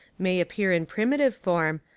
may appear in primitive form,